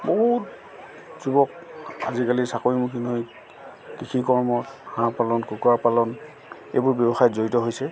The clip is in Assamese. বহুত যুৱক আজিকালি চাকৰিমুখী নহৈ কৃষি কৰ্ম হাঁহ পালন কুকুৰা পালন এইবোৰ ব্যৱসায়ত জড়িত হৈছে